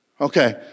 Okay